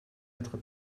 être